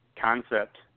concept